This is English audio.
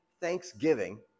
thanksgiving